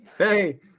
hey